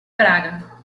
praga